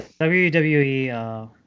wwe